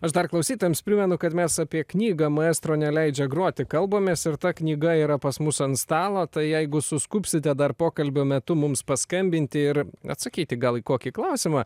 aš dar klausytojams primenu kad mes apie knygą maestro neleidžia groti kalbamės ir ta knyga yra pas mus ant stalo tai jeigu suskubsite dar pokalbio metu mums paskambinti ir atsakyti gal į kokį klausimą